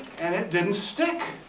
and it didn't stick!